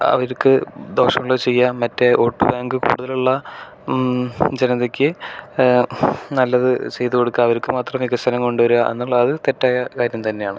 അവർക്ക് ദോഷമുള്ളത് ചെയ്യാം മറ്റേ വോട്ട് ബാങ്ക് കൂടുതലുള്ള ജനതയ്ക്ക് നല്ലത് ചെയ്തു കൊടുക്കുക അവർക്ക് മാത്രം വികസനം കൊണ്ടുവരിക എന്നുള്ളത് തെറ്റായ കാര്യം തന്നെയാണ്